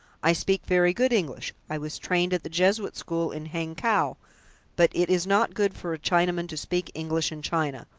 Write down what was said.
i speak very good english. i was trained at the jesuit school in hangkow, but it is not good for a chinaman to speak english in china,